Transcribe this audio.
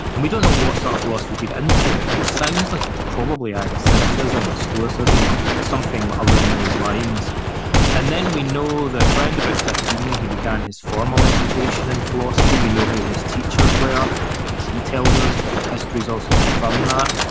and we don't know what sort of philosophy he'd enter. sounds like it was probably either cynicism or stoicism or something along those lines and then we know that round about fifteen, he began his formal education in philosophy. we know who his teachers were because he tells us, but the histories also confirm that.